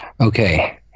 Okay